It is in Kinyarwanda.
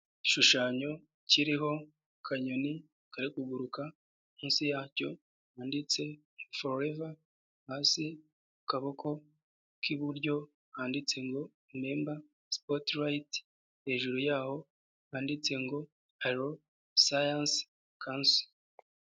Igishushanyo kiriho akanyoni kari kuguruka munsi yacyo kanditseho foreva, hasi ku kaboko k'iburyo handitse ngo memba siporiyiti hejuru y'aho handitse ngo alowe sayanse kanso.